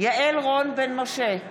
(קוראת בשמות חברי הכנסת)